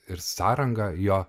ir sąrangą jo